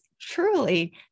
truly